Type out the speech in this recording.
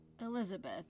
Elizabeth